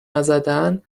نزدن